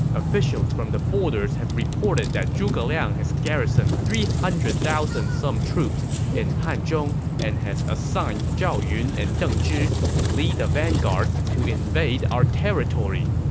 officials from the borders have reported that zhuge liang has garrisoned three hundred thousand some troops in hanzhong and has assigned zhao yun and deng zhi to lead the vanguard to invade our territory.